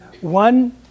one